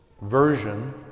version